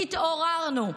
התעוררנו.